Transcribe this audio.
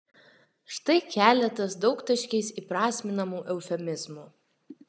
štai keletas daugtaškiais įprasminamų eufemizmų